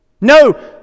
no